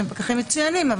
למרות שהם פקחים מצוינים.